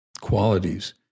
qualities